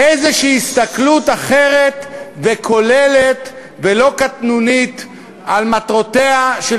איזו הסתכלות אחרת וכוללת ולא קטנונית על מטרותיה של